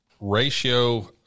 ratio